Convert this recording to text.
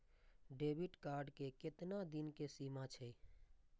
Debit card के केतना दिन के सीमा छै?